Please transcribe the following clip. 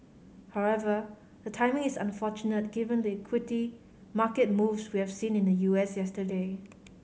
however the timing is unfortunate given the equity market moves we have seen in the U S yesterday